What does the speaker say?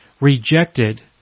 rejected